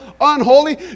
unholy